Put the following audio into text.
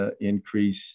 increase